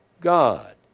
God